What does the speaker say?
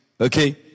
Okay